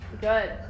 good